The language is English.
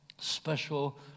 special